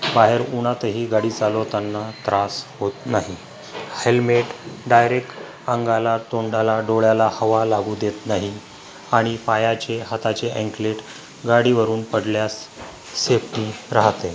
बाहेर उन्हातही गाडी चालवताना त्रास होत नाही हेल्मेट डायरेक्ट अंगाला तोंडाला डोळ्याला हवा लागू देत नाही आणि पायाचे हाताचे अँकलेट गाडीवरून पडल्यास सेफ्टी राहते